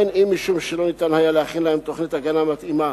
בין אם משום שלא ניתן היה להכין להם תוכנית הגנה מתאימה,